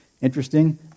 interesting